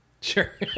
Sure